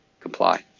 comply